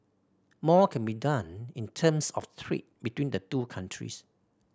more can be done in terms of trade between the two countries